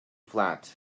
flat